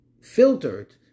filtered